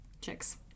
chicks